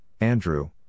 Andrew